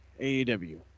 AEW